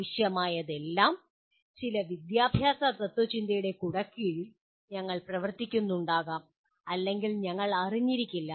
ആവശ്യമായതെല്ലാം ചില വിദ്യാഭ്യാസ തത്ത്വചിന്തയുടെ കുടക്കീഴിൽ ഞങ്ങൾ പ്രവർത്തിക്കുന്നുണ്ടാകാം അല്ലെങ്കിൽ ഞങ്ങൾ അറിഞ്ഞിരിക്കില്ല